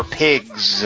pigs